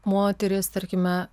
moterys tarkime